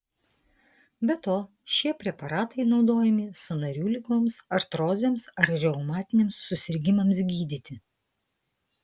be to šie preparatai naudojami sąnarių ligoms artrozėms ar reumatiniams susirgimams gydyti